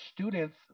students